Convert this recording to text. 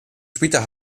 später